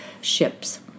ships